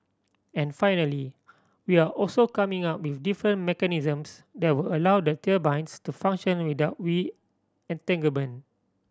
and finally we're also coming up with different mechanisms that will allow the turbines to function without weed entanglement